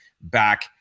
back